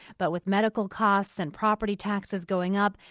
but with medical costs and property taxes going up,